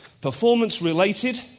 performance-related